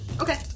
Okay